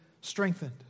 strengthened